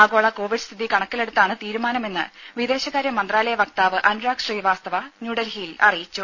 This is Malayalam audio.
ആഗോള കോവിഡ് സ്ഥിതി കണക്കിലെടുത്താണ് തീരുമാനമെന്ന് വിദേശകാര്യ മന്ത്രാലയ വക്താവ് അനുരാഗ് ശ്രീവാസ്തവ ന്യൂഡൽഹിയിൽ അറിയിച്ചു